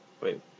Wait